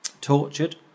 tortured